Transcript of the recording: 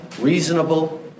reasonable